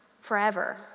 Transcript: forever